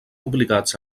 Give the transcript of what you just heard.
obligats